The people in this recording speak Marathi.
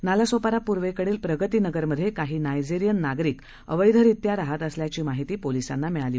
नालासोपारा पूर्वेकडील प्रगतीनगर मध्ये काही नायजेरियन नागरिक अवैधरित्या राहत असल्याची माहिती पोलीसांना मिळाली